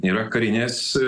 yra karinės